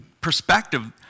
perspective